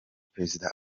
prezida